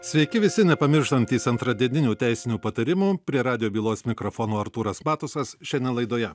sveiki visi nepamirštantys antradieninių teisinių patarimų prie radijo bylos mikrofono artūras matusas šiandien laidoje